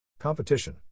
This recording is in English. competition